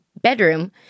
bedroom